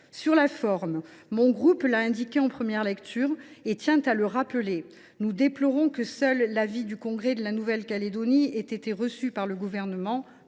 sur la forme, mon groupe l’a indiqué en première lecture et tient à le rappeler, nous déplorons que seul l’avis du congrès de la Nouvelle Calédonie ait été reçu par le Gouvernement